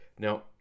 Now